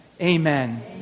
Amen